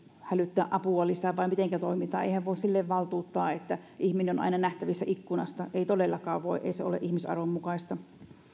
hälyttää apua lisää vai mitenkä toimitaan eihän voi silleen valtuuttaa että ihminen on aina nähtävissä ikkunasta ei todellakaan voi ei se ole ihmisarvon mukaista